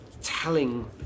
telling